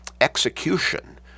execution